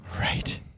Right